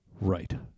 Right